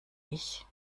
ich